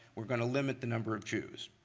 we're going to limit the number of jews.